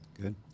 Good